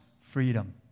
freedom